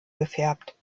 gefärbt